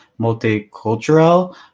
multicultural